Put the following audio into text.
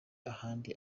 ahandi